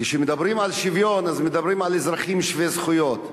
כשמדברים על שוויון אז מדברים על אזרחים שווי זכויות.